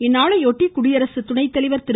இந்நாளையொட்டி குடியரசு துணைத்தலைவர் திரு